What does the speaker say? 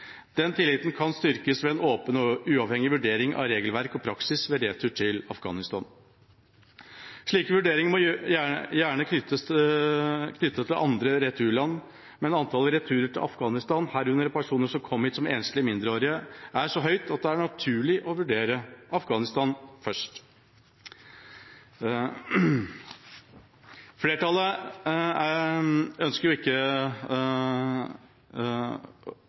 Den tilliten kan styrkes ved en åpen og uavhengig vurdering av regelverk og praksis ved retur til Afghanistan. Slike vurderinger må gjerne knyttes til andre returland, men antallet returer til Afghanistan, herunder personer som kom hit som enslige mindreårige, er så høyt at det er naturlig å vurdere Afghanistan først. Flertallet ønsker ikke